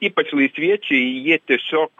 ypač laisviečiai jie tiesiog